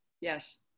yes